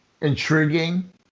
intriguing